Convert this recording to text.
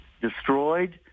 destroyed